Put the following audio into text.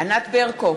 ענת ברקו,